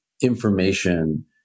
information